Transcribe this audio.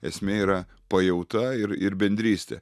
esmė yra pajauta ir ir bendrystė